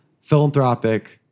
philanthropic